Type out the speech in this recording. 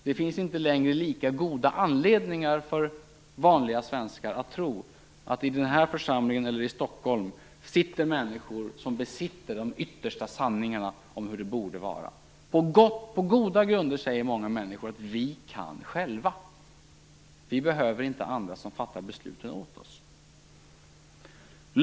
Det finns inte längre lika goda anledningar för vanliga svenskar att tro att i den här församlingen i Stockholm sitter människor som besitter de yttersta sanningarna om hur det borde vara. På goda grunder säger många människor: Vi kan själva. Vi behöver inte andra som fattar besluten åt oss.